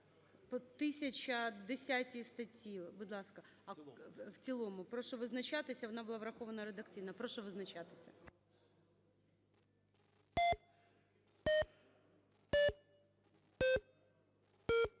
по 1010 статті. Будь ласка. В цілому. Прошу визначатися, вона була врахована редакційно. Прошу визначатися.